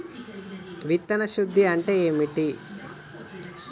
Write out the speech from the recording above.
విత్తన శుద్ధి అంటే ఏంటి?